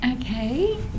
okay